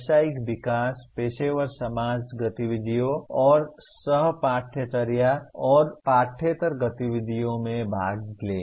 व्यावसायिक विकास पेशेवर समाज गतिविधियों और सह पाठ्यचर्या और पाठ्येतर गतिविधियों में भाग लें